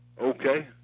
Okay